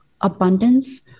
abundance